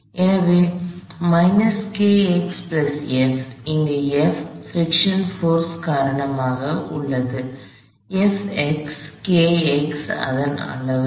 எனவே இங்கு F friction force காரணமாக உள்ளது அதன் அளவு